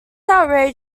outraged